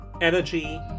Energy